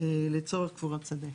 לצורך קבורת שדה.